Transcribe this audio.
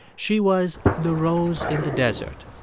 she was the rose in the desert.